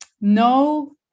no